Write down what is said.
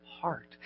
heart